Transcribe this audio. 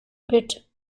pit